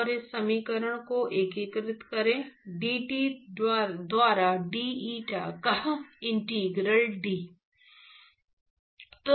और इस समीकरण को एकीकृत करें dT द्वारा d eta का इंटीग्रल d